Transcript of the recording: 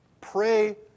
Pray